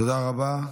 תודה רבה.